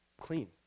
clean